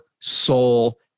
soul